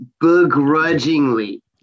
begrudgingly